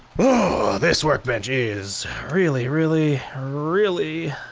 whoa this workbench is really, really, really.